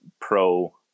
pro